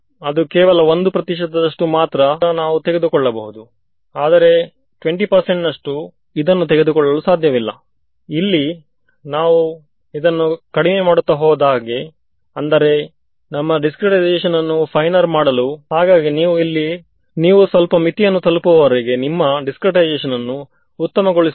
so ಒಳ್ಳೆಯ ವಿಷಯ ಎಂದರೆ ನನಗೆ ಹ್ಯಾಂಕೆಲ್ ಫಂಕ್ಷನ್ ತಿಳಿದಿದೆ ಮುಂದಕ್ಕೆ ಹೇಳುವುದಾದರೆ ಹ್ಯಾಂಗ್ ಫಂಕ್ಷನ್ಗಾಗಿ ಮಾಡಿದ ಎಲ್ಲಾ ಸ್ಟ್ಯಾಂಡರ್ಡ್ ಅಪ್ರಾಕ್ಸಿ ಮೆಷನ್ ಅದು ಯಾವುದು ಸರಿ